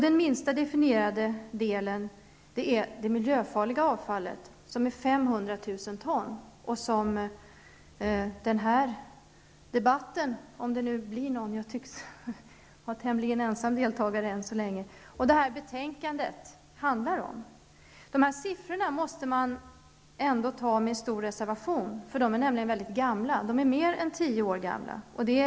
Den minsta definierade delen är det miljöfarliga avfallet som utgör 500 000 ton och som den här debatten, om det nu blir någon, -- jag tycks vara tämligen ensam deltagare än så länge -- och det här betänkandet handlar om. Dessa siffror måste tas med stor reservation, eftersom de är mer än tio år gamla.